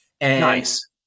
Nice